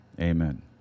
amen